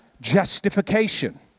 justification